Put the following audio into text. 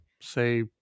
say